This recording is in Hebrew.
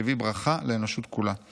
שהביא ברכה לאנושות כולה.